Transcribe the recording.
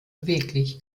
beweglich